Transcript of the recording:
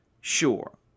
Sure